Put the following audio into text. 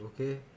okay